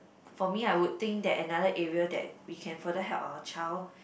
for me I would think that another area that we can further help our child